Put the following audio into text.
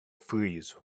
freeze